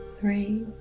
three